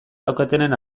daukatenen